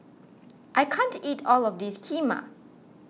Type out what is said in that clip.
I can't eat all of this Kheema